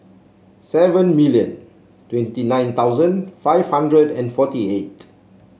seven million twenty nine thousand five hundred and forty eight